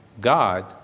God